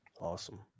awesome